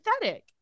pathetic